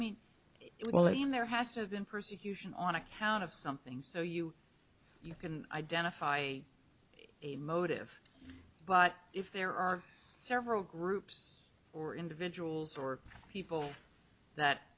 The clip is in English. it well i mean there has to have been persecution on account of something so you you can identify a motive but if there are several groups or individuals or people that